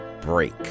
break